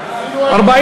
מגדרית),